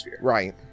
Right